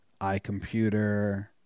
iComputer